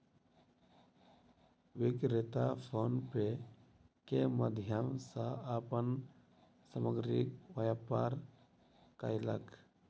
विक्रेता PhonePe के माध्यम सॅ अपन सामग्रीक व्यापार कयलक